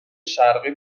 شرقی